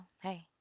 hey